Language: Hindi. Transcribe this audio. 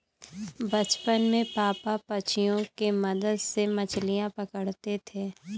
बचपन में पापा पंछियों के मदद से मछलियां पकड़ते थे